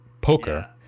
poker